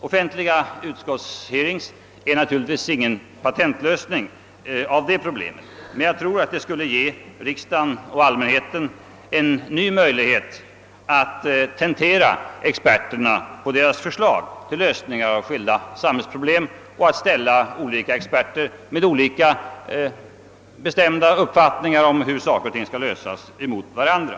Offentliga utskottshearings är naturligtvis ingen patentlösning av problemet, men jag tror att de skulle ge riksdagen och allmänheten en ny möjlighet att tentera experterna på deras förslag till lösningar av skilda samhällsproblem och att ställa experter, med olika uppfattningar om hur frågor skall lösas, mot varandra.